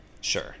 Sure